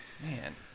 Man